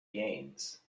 gaines